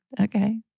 okay